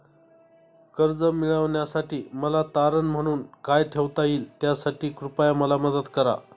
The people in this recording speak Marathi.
कर्ज मिळविण्यासाठी मला तारण म्हणून काय ठेवता येईल त्यासाठी कृपया मला मदत करा